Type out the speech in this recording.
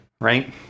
right